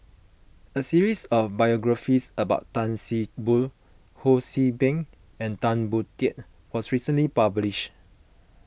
a series of biographies about Tan See Boo Ho See Beng and Tan Boon Teik was recently published